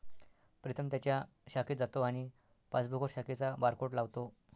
प्रीतम त्याच्या शाखेत जातो आणि पासबुकवर शाखेचा बारकोड लावतो